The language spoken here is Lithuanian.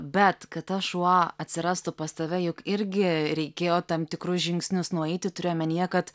bet kad tas šuo atsirastų pas tave juk irgi reikėjo tam tikrus žingsnius nueiti turiu omenyje kad